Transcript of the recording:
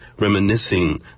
reminiscing